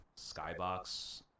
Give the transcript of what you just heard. skybox